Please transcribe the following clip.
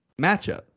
matchup